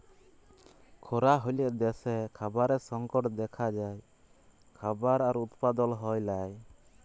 খরা হ্যলে দ্যাশে খাবারের সংকট দ্যাখা যায়, খাবার আর উৎপাদল হ্যয় লায়